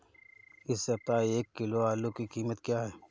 इस सप्ताह एक किलो आलू की कीमत क्या है?